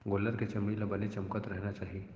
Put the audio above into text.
गोल्लर के चमड़ी ल बने चमकत रहना चाही